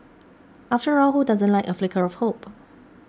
after all who doesn't like a flicker of hope